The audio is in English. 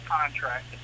contract